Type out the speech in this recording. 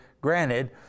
granted